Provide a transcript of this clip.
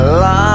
life